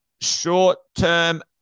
short-term